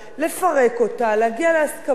להגיע להסכמות ולהתקדם הלאה.